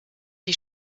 die